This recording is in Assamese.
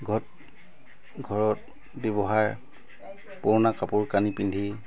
ঘৰত ঘৰত ব্যৱহাৰ পুৰণা কাপোৰ কানি পিন্ধি